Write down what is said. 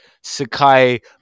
Sakai